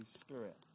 Spirit